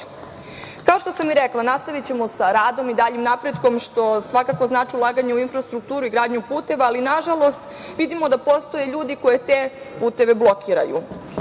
što sam i rekla, nastavićemo sa radom i daljim napretkom, što svakako znači ulaganje u infrastrukturu i gradnju puteva, ali nažalost vidimo da postoje ljudi koji te puteve blokiraju.